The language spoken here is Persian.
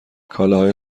کالاهای